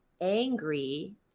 angry